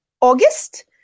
august